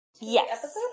Yes